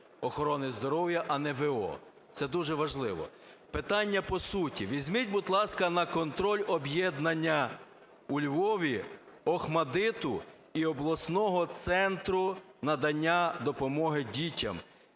охорони здоров'я, а не в.о. Це дуже важливо. Питання по суті. Візьміть, будь ласка, на контроль об'єднання у Львові "Охматдиту" і Обласного центру надання допомоги дітям.